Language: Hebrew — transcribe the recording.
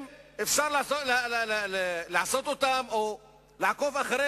אפשר לעשותם או לעקוב אחרי